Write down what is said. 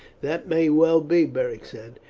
that may well be, beric said.